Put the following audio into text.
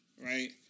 right